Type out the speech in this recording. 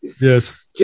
Yes